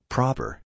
Proper